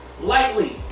lightly